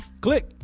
Click